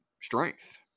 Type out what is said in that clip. strength